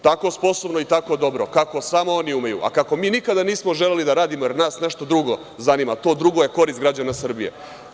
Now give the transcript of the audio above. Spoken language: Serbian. Tako sposobno i tako dobro, kako samo oni umeju, a kako mi nikada nismo želeli da radimo, jer nas nešto drugo zanima, to je drugo je korist građana Srbije.